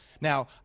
Now